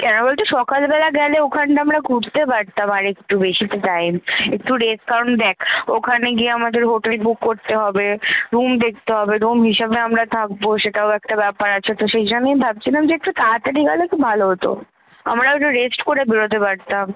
কেন বলতো সকালবেলা গেলে ওখানটা আমরা ঘুরতে পারতাম আর একটু বেশি তো টাইম একটু রেস্ট কারণ দেখ ওখানে গিয়ে আমাদের হোটেল বুক করতে হবে রুম দেখতে হবে রুম হিসাবে আমরা থাকবো সেটাও একটা ব্যাপার আছে তো সেই জন্যেই ভাবছিলাম যে একটু তাড়াতাড়ি গেলে খুব ভালো হতো আমরাও একটু রেস্ট করে বেরোতে পারতাম